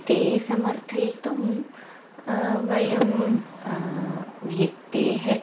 ते समर्थयितुं वयं व्यक्तेः